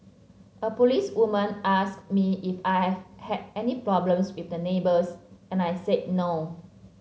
a policewoman asked me if I've had any problems with my neighbours and I said no